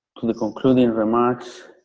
to the concluding remarks.